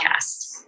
podcast